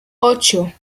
ocho